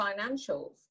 financials